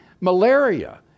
malaria